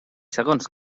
segons